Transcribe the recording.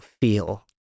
feel